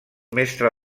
mestre